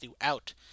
throughout